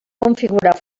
configurar